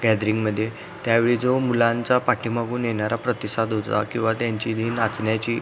गॅदरिंगमध्ये त्यावेळी जो मुलांचा पाठीमागून येणारा प्रतिसाद होता किंवा त्यांची जी नाचण्याची